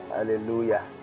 Hallelujah